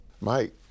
Mike